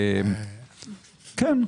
כן,